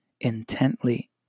intently